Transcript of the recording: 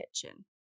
kitchen